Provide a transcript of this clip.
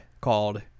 called